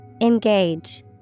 Engage